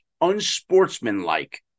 unsportsmanlike